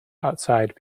outside